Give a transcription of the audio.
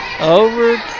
Over